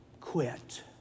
quit